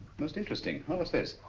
most interesting. what's this?